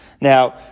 Now